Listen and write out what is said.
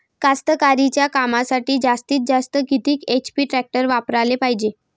कास्तकारीच्या कामासाठी जास्तीत जास्त किती एच.पी टॅक्टर वापराले पायजे?